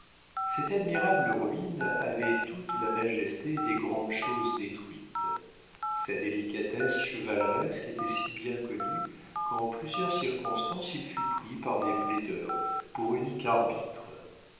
cette admirable ruine avait toute la majesté des grandes choses détruites sa délicatesse chevaleresque était si bien connue qu'en plusieurs circonstances il fut pris par des plaideurs pour unique arbitre